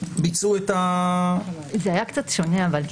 ביצעו את --- זה היה קצת שונה אבל,